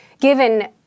given